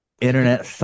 internet